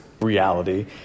reality